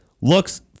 Looks